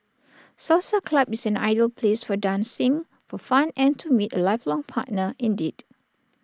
salsa club is an ideal place for dancing for fun and to meet A lifelong partner indeed